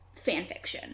fanfiction